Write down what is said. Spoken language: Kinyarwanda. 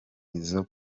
izo